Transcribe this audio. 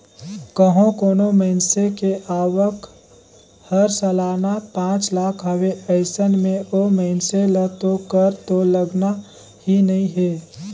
कंहो कोनो मइनसे के आवक हर सलाना पांच लाख हवे अइसन में ओ मइनसे ल तो कर तो लगना ही नइ हे